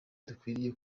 dukwiriye